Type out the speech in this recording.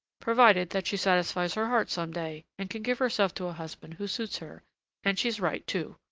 provided that she satisfies her heart some day and can give herself to a husband who suits her and she's right, too!